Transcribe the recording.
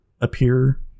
appear